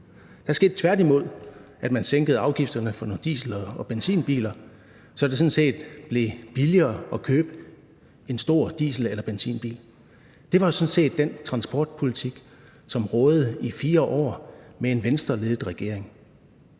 Der skete tværtimod det, at man sænkede afgifterne for nogle diesel- og benzinbiler, så det sådan set blev billigere at købe en stor diesel- eller benzinbil. Det var sådan set den transportpolitik, som rådede i 4 år med en Venstreledet regering.